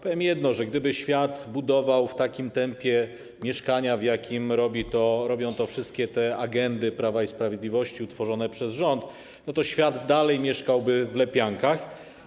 Powiem jedno, że gdyby świat budował w takim tempie mieszkania, w jakim robią to wszystkie te agendy Prawa i Sprawiedliwości utworzone przez rząd, to świat dalej mieszkałby w lepiankach.